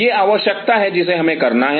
यह एक आवश्यकता है जिसे हमें करना है